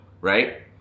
right